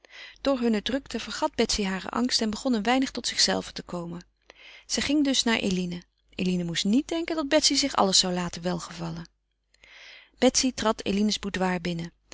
door hunne drukte vergat betsy haren angst en begon een weinig tot zichzelve te komen ze ging dus naar eline eline moest niet denken dat betsy zich alles zou laten welgevallen betsy trad eline's